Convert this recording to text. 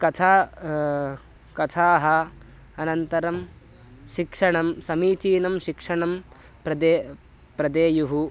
कथा कथाः अनन्तरं शिक्षणं समीचीनं शिक्षणं प्रदे प्रदेयुः